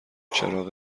چراغ